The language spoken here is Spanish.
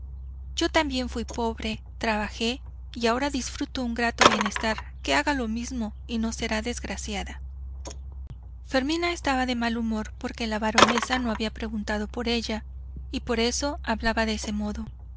yo también fui pobre trabajé y ahora disfruto un grato bienestar que haga lo mismo y no será desgraciada fermina estaba de mal humor porque la baronesa no había preguntado por ella y por eso hablaba de ese modo